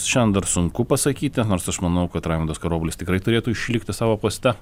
šian dar sunku pasakyti nors aš manau kad raimundas karoblis tikrai turėtų išlikti savo poste